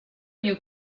you